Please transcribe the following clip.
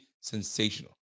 sensational